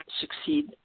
succeed